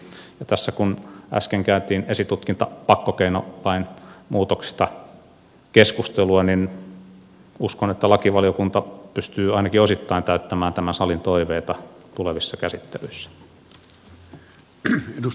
ja tässä kun äsken käytiin esitutkinta pakkokeinolain muutoksesta keskustelua niin uskon että lakivaliokunta pystyy ainakin osittain täyttämään tämän salin toiveita tulevissa käsittelyissä